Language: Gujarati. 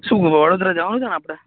શું વડોદરા જવાનું છે ને આપણે